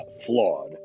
flawed